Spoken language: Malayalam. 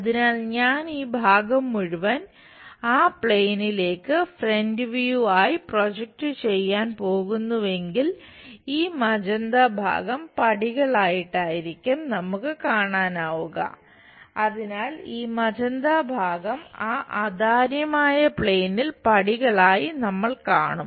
അതിനാൽ ഞാൻ ഈ ഭാഗം മുഴുവൻ ആ പ്ലെയിനിലേക്ക് പടികളായി നമ്മൾ കാണും